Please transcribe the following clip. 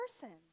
person